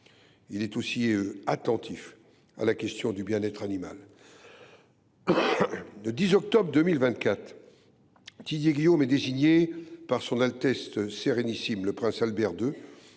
Il est aussi attentif à la question du bien être animal. Le 10 juin 2024, Didier Guillaume est désigné par Son Altesse Sérénissime, le Prince Albert II,